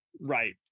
Right